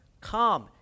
come